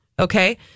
okay